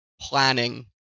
planning